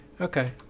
Okay